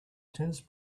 tennis